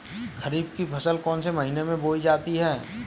खरीफ की फसल कौन से महीने में बोई जाती है?